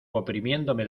oprimiéndome